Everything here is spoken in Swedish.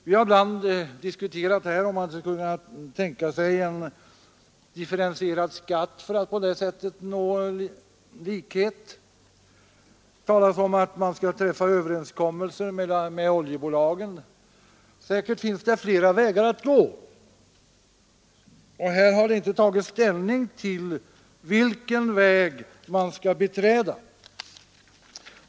Vi har ibland diskuterat, om man kan tänka sig en differentierad skatt för att på det sättet nå en likhet. Det har också sagts, att man träffar överenskommelser med oljebolagen. Säkert finns det flera vägar att gå. I motionen och reservationen har inte tagits ställning till vilken väg man skall beträda.